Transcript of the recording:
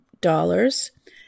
dollars